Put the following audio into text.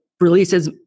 releases